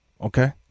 okay